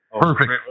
Perfect